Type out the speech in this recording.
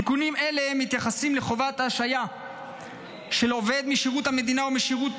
תיקונים אלה מתייחסים לחובת ההשעיה של עובד משירות המדינה או משירות